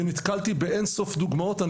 ונתקלתי באין סוף דוגמאות.